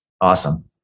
Awesome